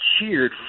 cheered